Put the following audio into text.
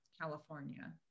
California